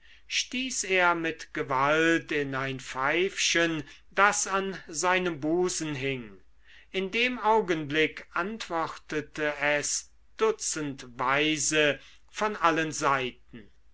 stieß er mit gewalt in ein pfeifchen das an seinem busen hing in dem augenblick antwortete es dutzendweise von allen seiten